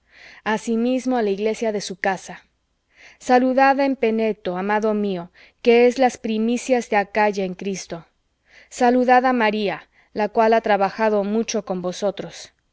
asimismo á la iglesia de su casa saludad á epeneto amado mío que es las primicias de acaya en cristo saludad á maría la cual ha trabajado mucho con vosotros